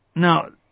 Now